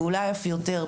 ואולי אף יותר,